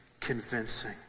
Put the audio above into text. convincing